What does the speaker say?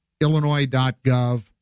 illinois.gov